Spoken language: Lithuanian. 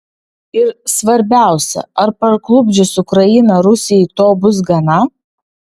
ir svarbiausia ar parklupdžius ukrainą rusijai to bus gana